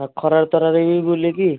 ହଁ ଖରାରେ ତରାରେ ବି ବୁଲିକି